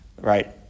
Right